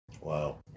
Wow